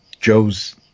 Joe's